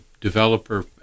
developer